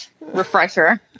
Refresher